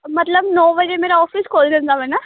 ਮਤਲਬ ਨੌਂ ਵਜੇ ਮੇਰਾ ਆਫਿਸ ਖੁਲ੍ਹ ਜਾਂਦਾ ਵਾ ਨਾ